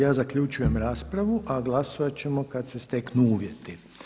Ja zaključujem raspravu, a glasovat ćemo kad se steknu uvjeti.